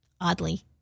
oddly